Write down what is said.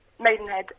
Maidenhead